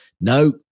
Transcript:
No